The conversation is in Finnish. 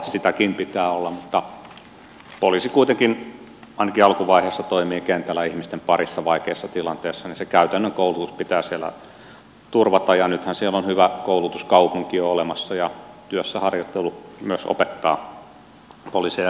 sitäkin pitää olla mutta kun poliisi kuitenkin ainakin alkuvaiheessa toimii kentällä ihmisten parissa vaikeissa tilanteissa niin se käytännön koulutus pitää siellä turvata ja nythän siellä on hyvä koulutuskaupunki jo olemassa ja myös työssä harjoittelu opettaa poliiseja erilaisiin tilanteisiin